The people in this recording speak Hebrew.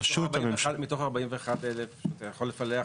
מתוך 41,000 אתה יכול לפלח,